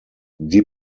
die